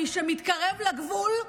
הן: מי שמתקרב לגבול,